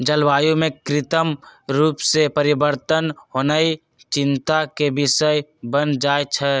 जलवायु में कृत्रिम रूप से परिवर्तन होनाइ चिंता के विषय बन जाइ छइ